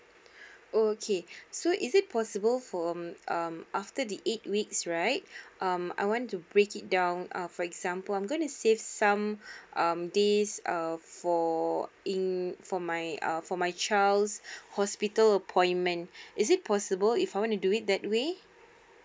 oh okay so is it possible for um after the eight weeks right um I want to break it down uh for example I'm gonna save some um this err for in for my uh for my child's hospital appointment is it possible if I want to do it that way